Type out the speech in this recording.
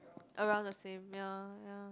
around the same ya ya